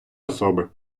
особи